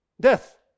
death